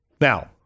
now